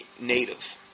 native